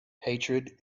hatred